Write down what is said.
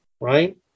right